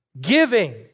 Giving